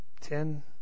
ten